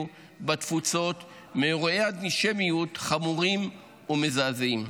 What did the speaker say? בתפוצות מאירועי אנטישמיות חמורים ומזעזעים.